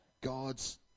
God's